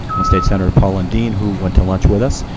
and state senator lundeen, who went to lunch with us.